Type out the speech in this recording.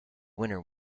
winner